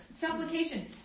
supplication